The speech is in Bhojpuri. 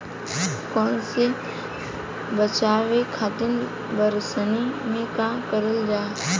कवक से बचावे खातिन बरसीन मे का करल जाई?